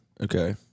Okay